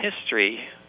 history